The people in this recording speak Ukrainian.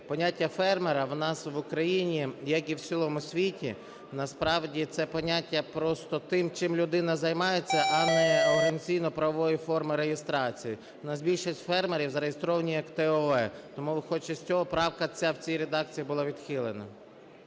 Поняття фермера у нас в Україні, як і в цілому світі, насправді це поняття – просто те, чим людина займається, а не організаційно-правової форми реєстрації. У нас більшість фермерів зареєстровані як ТОВ, тому, виходячи з цього, правка ця в цій редакції була відхилена.